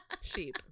sheep